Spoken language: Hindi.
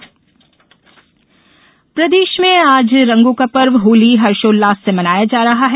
होली प्रदेश में आज रंगों का पर्व होली हर्षोल्लास से मनाया जा रहा है